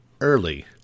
early